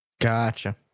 Gotcha